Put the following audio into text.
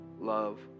love